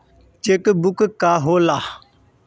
Check book का होला?